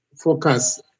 focus